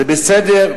זה בסדר,